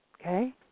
Okay